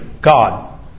God